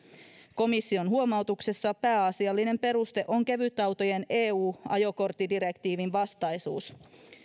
komission huomautuksessa pääasiallinen peruste on kevytautojen eu ajokorttidirektiivin vastaisuus